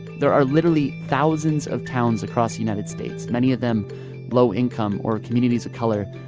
there are literally thousands of towns across the united states, many of them low-income or communities of color,